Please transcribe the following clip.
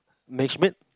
match mate